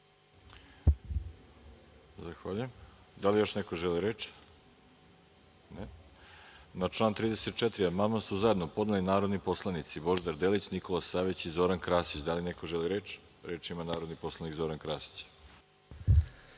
Zahvaljujem. Da li još neko želi reč? (Ne.)Na član 34. amandman su zajedno podneli narodni poslanici Božidar Delić, Nikola Savić i Zoran Krasić. Da li neko želi reč? (Da.)Reč ima narodni poslanik Zoran Krasić.